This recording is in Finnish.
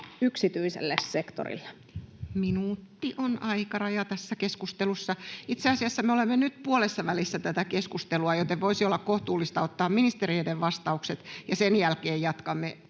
Content: Minuutti on aikaraja tässä keskustelussa. Itse asiassa me olemme nyt puolessa välissä tätä keskustelua, joten voisi olla kohtuullista ottaa ministereiden vastaukset, ja sen jälkeen jatkamme